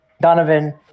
Donovan